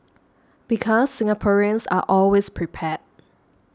because Singaporeans are always prepared